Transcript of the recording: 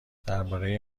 درباره